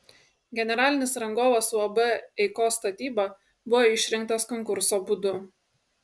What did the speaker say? generalinis rangovas uab eikos statyba buvo išrinktas konkurso būdu